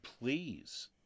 please